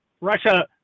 Russia